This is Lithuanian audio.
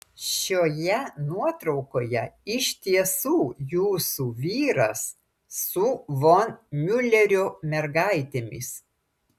šioje nuotraukoje iš tiesų jūsų vyras su von miulerio mergaitėmis